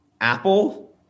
Apple